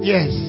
Yes